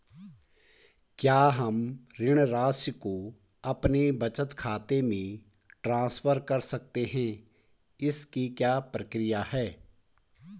क्या हम ऋण राशि को अपने बचत खाते में ट्रांसफर कर सकते हैं इसकी क्या प्रक्रिया है?